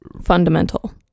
Fundamental